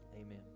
amen